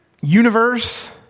universe